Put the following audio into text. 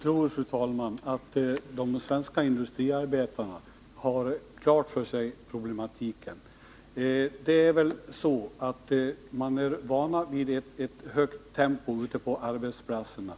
Fru talman! Jag tror att de svenska industriarbetarna har problematiken klar för sig. De är vana vid ett högt tempo ute på arbetsplatserna.